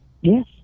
Yes